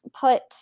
put